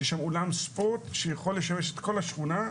יש שם אולם ספורט שיכול לשמש את כל השכונה,